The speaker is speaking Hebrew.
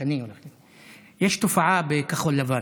יש תופעה בכחול לבן: